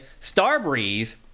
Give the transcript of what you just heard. Starbreeze